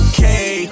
Okay